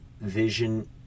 vision